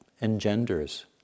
engenders